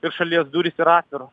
ir šalies durys yra atviros